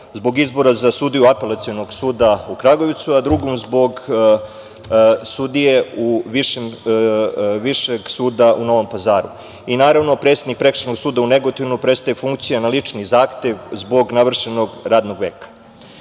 zbog izbora za sudiju Apelacionog suda u Kragujevcu, a drugom zbog sudije Višeg suda u Novom Pazaru. Naravno, predsedniku Prekršajnog suda u Negotinu prestaje funkcija na lični zahtev, zbog navršenog radnog veka. Danas